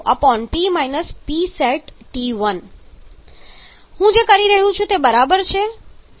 622PsatP Psat હું જે કરી રહ્યો છું તે બરાબર છે